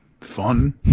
fun